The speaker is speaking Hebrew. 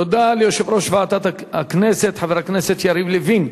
תודה ליושב-ראש ועדת הכנסת חבר הכנסת יריב לוין.